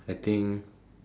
I think